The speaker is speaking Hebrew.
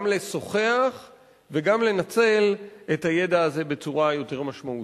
גם לשוחח וגם לנצל את הידע הזה בצורה יותר משמעותית.